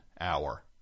Hour